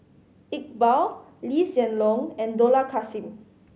Iqbal Lee Hsien Loong and Dollah Kassim